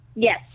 Yes